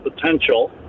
potential